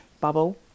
bubble